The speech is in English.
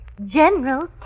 General